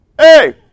Hey